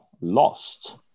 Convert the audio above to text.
lost